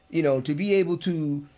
you know, to be able to,